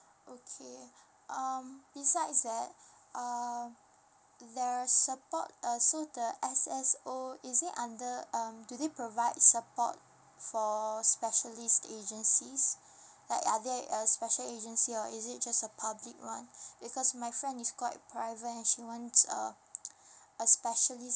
okay um besides that err there are support uh so the S_S_O is it under um do they provide support for specialist agencies like are there a special agency or is it just a public one because my friend is quite private and she wants a a specialist